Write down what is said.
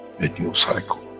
a new cycle,